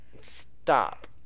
stop